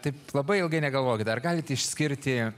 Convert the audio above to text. taip labai ilgai negalvokit ar galit išskirti